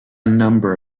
number